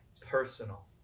personal